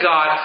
God